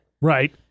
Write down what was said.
Right